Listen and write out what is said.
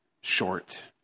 short